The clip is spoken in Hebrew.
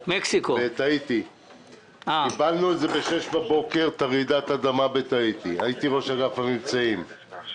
כשהייתה רעידת אדמה בטהיטי קיבלנו את זה